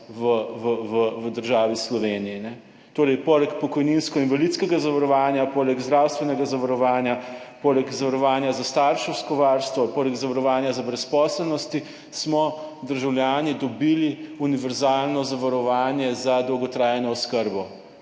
v državi Sloveniji, torej poleg pokojninsko in invalidskega zavarovanja. Poleg zdravstvenega zavarovanja, poleg zavarovanja za starševsko varstvo, poleg zavarovanja za brezposelnosti smo državljani dobili univerzalno zavarovanje za dolgotrajno oskrbo,